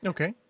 Okay